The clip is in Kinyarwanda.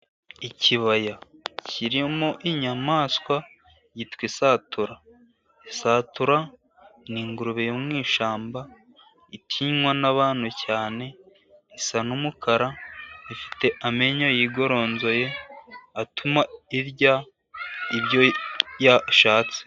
Ikibaya kirimo inyamaswa yitwa isatura, isatura ni ingurube yo mushyamba itinywa n'abanu cyane, isa n'umukara ifite amenyo yigoronzoye atuma irya ibyo yashatse.